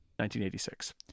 1986